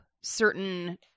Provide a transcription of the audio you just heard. certain